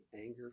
anger